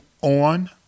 on